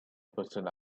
person